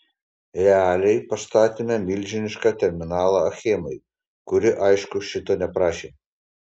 realiai pastatėme milžinišką terminalą achemai kuri aišku šito neprašė